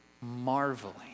marveling